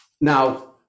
Now